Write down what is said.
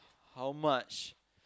how much